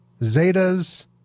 Zetas